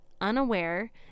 unaware